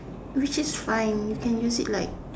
which is fine you can use it like